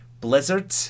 Blizzard